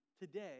today